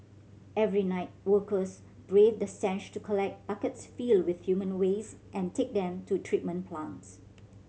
every night workers braved the stench to collect buckets filled with human waste and take them to treatment plants